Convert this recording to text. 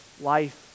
life